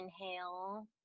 inhale